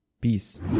Peace